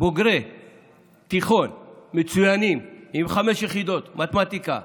בוגרי תיכון מצוינים עם חמש יחידות מתמטיקה,